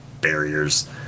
barriers